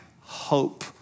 hope